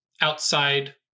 outside